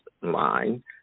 line